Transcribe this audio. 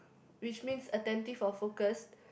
which means adaptive of focus